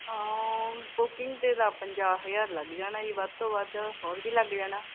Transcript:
booking 'ਤੇ ਤਾਂ ਪੰਜਾਹ ਹਜ਼ਾਰ ਲੱਗ ਜਾਣਾ ਜੀ ਵੱਧ ਤੋਂ ਵੱਧ ਹੋਰ ਵੀ ਲੱਗ ਜਾਣਾ